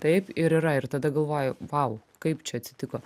taip ir yra ir tada galvoji vau kaip čia atsitiko